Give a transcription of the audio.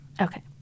Okay